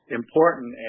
important